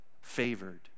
favored